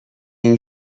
این